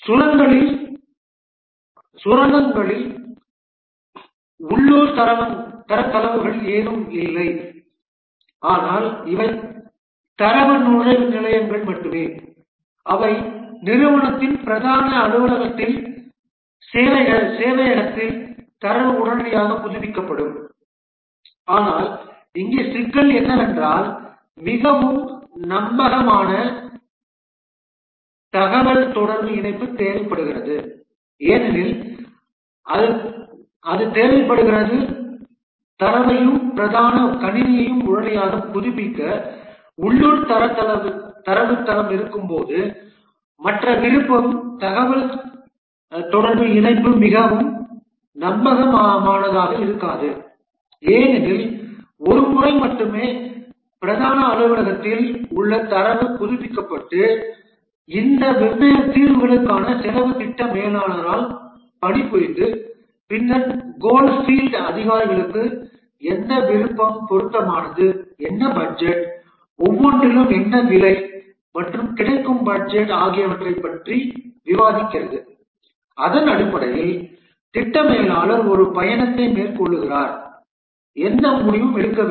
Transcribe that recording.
சுரங்கங்களில் உள்ளூர் தரவுத்தளங்கள் எதுவும் இல்லை ஆனால் இவை தரவு நுழைவு நிலையங்கள் மட்டுமே அவை நிறுவனத்தின் பிரதான அலுவலகத்தில் சேவையகத்தில் தரவு உடனடியாக புதுப்பிக்கப்படும் ஆனால் இங்கே சிக்கல் என்னவென்றால் மிகவும் நம்பகமான தகவல் தொடர்பு இணைப்பு தேவைப்படுகிறது ஏனெனில் அது தேவைப்படுகிறது தரவையும் பிரதான கணினியையும் உடனடியாக புதுப்பிக்க உள்ளூர் தரவுத்தளம் இருக்கும்போது மற்ற விருப்பம் தகவல்தொடர்பு இணைப்பு மிகவும் நம்பகமானதாக இருக்காது ஏனென்றால் ஒரு முறை மட்டுமே பிரதான அலுவலகத்தில் உள்ள தரவு புதுப்பிக்கப்பட்டு இந்த வெவ்வேறு தீர்வுகளுக்கான செலவு திட்ட மேலாளரால் பணிபுரிந்து பின்னர் கோல்ஃபீல்ட் அதிகாரிகளுக்கு எந்த விருப்பம் பொருத்தமானது என்ன பட்ஜெட் ஒவ்வொன்றிற்கும் என்ன விலை மற்றும் கிடைக்கும் பட்ஜெட் ஆகியவற்றைப் பற்றி விவாதிக்கிறது அதன் அடிப்படையில் திட்ட மேலாளர் ஒரு பயணத்தை மேற்கொள்கிறார் எந்த முடிவும் எடுக்கவில்லை